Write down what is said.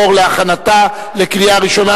התש"ע 2010,